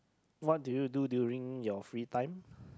what do you do during your free time